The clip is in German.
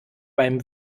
beim